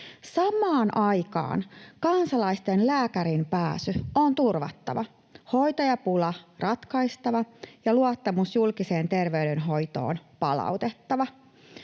Samaan aikaan kansalaisten lääkäriin pääsy on turvattava, hoitajapula ratkaistava ja luottamus julkiseen terveydenhoitoon palautettava.